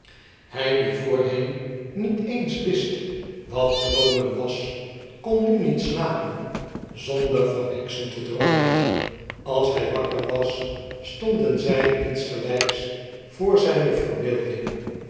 die voorheen niet eens wist wat droomen was kon nu niet slapen zonder van heksen te droomen als hjj wakker was stonden zy insgeips voor zijne verbeelding